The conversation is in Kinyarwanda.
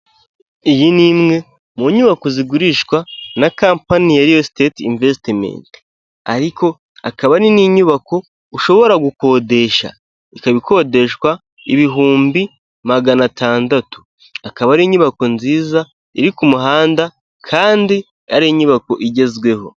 Iyi ni imwe mu nyubako zigurishwa na kampani ya Real State Investiment. Ariko akaba ari n'inyubako ushobora gukodesha. Ikaba ikodeshwa ibihumbi magana atandatu. Akaba ari inyubako nziza iri ku muhanda, kandi ari inyubako igezweho.